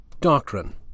doctrine